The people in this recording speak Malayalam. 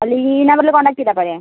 അല്ല ഈ നമ്പറിൽ കോൺടാക്ട് ചെയ്താൽ പോരെ